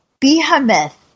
behemoth